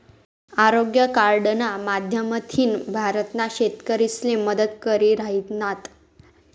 आरोग्य कार्डना माध्यमथीन भारतना शेतकरीसले मदत करी राहिनात